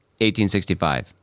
1865